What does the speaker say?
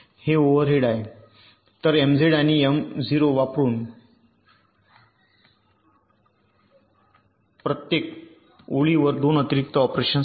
हे ओव्हरहेड आहे तर एमझेड आणि M0 वापरुन प्रत्येक ओळीवर 2 अतिरिक्त ऑपरेशन्स आहे